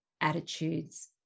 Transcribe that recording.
attitudes